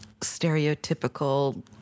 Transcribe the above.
stereotypical